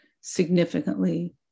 significantly